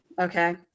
okay